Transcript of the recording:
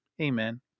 Amen